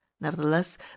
nevertheless